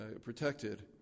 protected